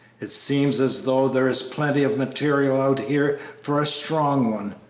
it seems as though there is plenty of material out here for a strong one.